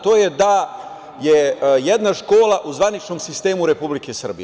To je da je jedna škola u zvaničnom sistemu Republike Srbije.